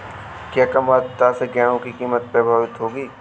क्या कम आर्द्रता से गेहूँ की फसल प्रभावित होगी?